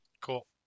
Cool